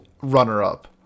runner-up